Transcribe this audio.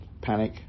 panic